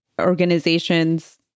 organizations